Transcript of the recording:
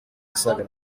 asaga